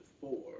four